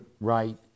right